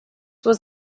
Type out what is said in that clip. was